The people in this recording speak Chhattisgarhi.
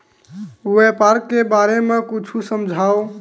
व्यापार के बारे म कुछु समझाव?